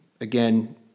again